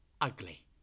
ugly